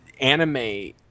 anime